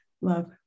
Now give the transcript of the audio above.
love